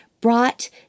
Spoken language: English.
brought